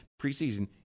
preseason